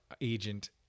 agent